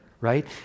Right